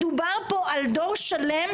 מדובר פה על דור שלם,